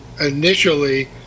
initially